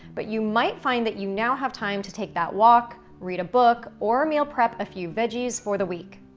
but you might find that you now have time to take that walk, read a book, or meal prep a few veggies for the week.